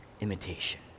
imitation